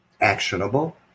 actionable